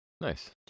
Nice